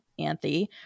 Anthe